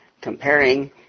comparing